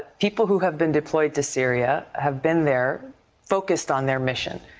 people who have been deployed to syria have been there focused on their mission,